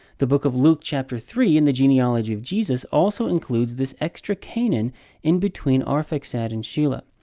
the book of luke, chapter three in the genealogy of jesus, also includes this extra cainan in between arphaxad and sheila.